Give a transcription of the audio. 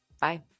Bye